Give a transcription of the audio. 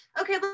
okay